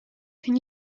can